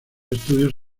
estudios